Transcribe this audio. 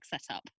setup